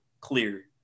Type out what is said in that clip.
clear